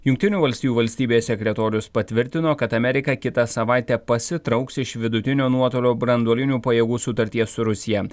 jungtinių valstijų valstybės sekretorius patvirtino kad amerika kitą savaitę pasitrauks iš vidutinio nuotolio branduolinių pajėgų sutarties su rusija